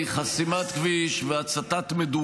חברי הכנסת.